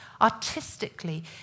Artistically